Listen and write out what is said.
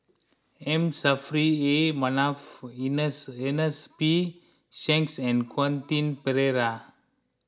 M Saffri A Manaf Ernest ernest P Shanks and Quentin Pereira